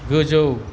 गोजौ